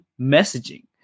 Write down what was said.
messaging